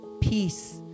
peace